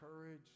courage